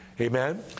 amen